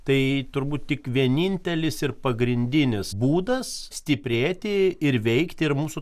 tai turbūt tik vienintelis ir pagrindinis būdas stiprėti ir veikti ir mūsų